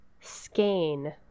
Skein